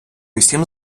усім